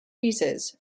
pieces